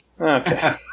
okay